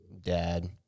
dad